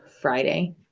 Friday